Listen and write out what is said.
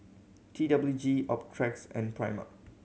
T W G Optrex and Prima